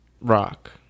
Rock